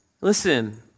listen